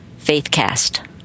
Faithcast